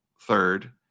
third